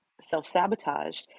self-sabotage